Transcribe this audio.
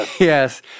Yes